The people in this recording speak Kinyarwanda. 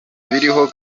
biriho